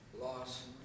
Loss